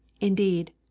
indeed